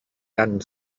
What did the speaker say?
done